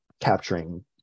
capturing